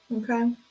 Okay